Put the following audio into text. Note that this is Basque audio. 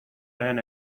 lehen